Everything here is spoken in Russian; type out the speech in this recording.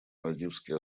мальдивские